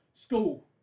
School